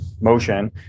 motion